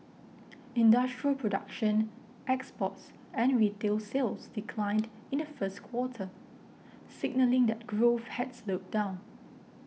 industrial production exports and retail sales declined in the first quarter signalling that growth had slowed down